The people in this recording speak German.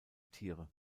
tiere